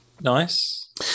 Nice